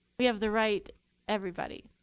we have the right everybody.